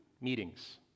meetings